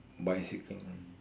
bicycle mm